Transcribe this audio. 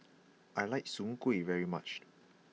I like Soon Kueh very much